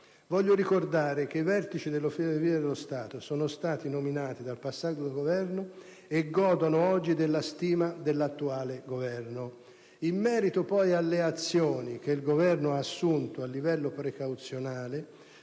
Voglio ricordare che i vertici delle Ferrovie dello Stato sono stati nominati dal passato Governo e godono oggi della stima dell'attuale Esecutivo. In merito poi alle azioni che il Governo ha assunto a livello precauzionale